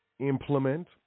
implement